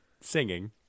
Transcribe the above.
singing